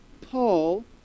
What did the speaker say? Paul